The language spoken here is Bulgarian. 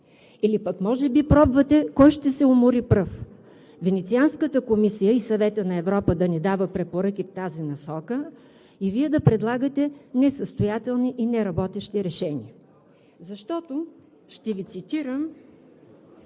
Или пък може би пробвате кой ще се умори пръв?! Венецианската комисия и Съветът на Европа да ни дава препоръки в тази насока и Вие да предлагате несъстоятелни и неработещи решения! Защото – ще Ви цитирам